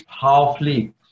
powerfully